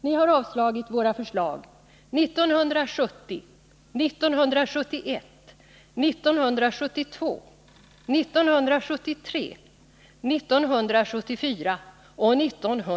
Ni har avslagit våra förslag 1970, 1971, 1972, 1973, 1974 och 1975/76.